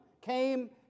Came